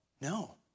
No